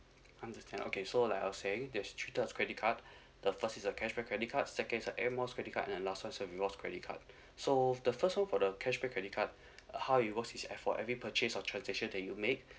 understand okay so like I was saying there's three types of credit card the first is a cashback credit card second is a Air Miles credit card and the last one is a rewards credit card so the first one for the cashback credit card how it works is for every purchase or transaction that you make